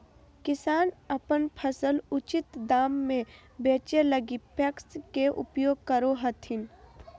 किसान अपन फसल उचित दाम में बेचै लगी पेक्स के उपयोग करो हथिन